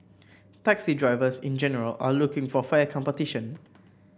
taxi drivers in general are looking for fair competition